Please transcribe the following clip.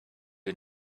you